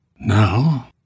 Now